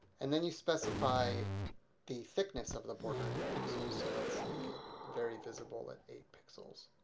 and then you specify the thickness of the border in pixels, so let's make it very visible at eight pixels.